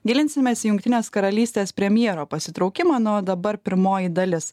gilinsimės į jungtinės karalystės premjero pasitraukimą na o dabar pirmoji dalis